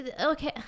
okay